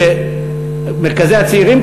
ואת מרכזי הצעירים,